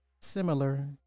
similar